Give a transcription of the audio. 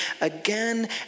again